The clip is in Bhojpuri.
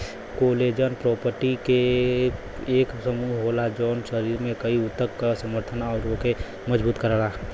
कोलेजन प्रोटीन क एक समूह होला जौन शरीर में कई ऊतक क समर्थन आउर ओके मजबूत करला